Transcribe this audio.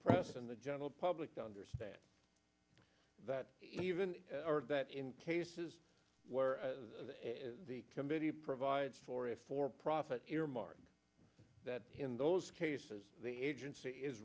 press and the general public to understand that even in cases where the committee provides for a for profit earmark that in those cases the agency is